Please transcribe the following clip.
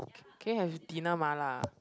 can you have dinner mala